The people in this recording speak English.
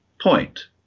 point